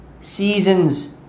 seasons